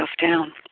down